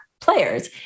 players